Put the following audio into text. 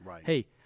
Hey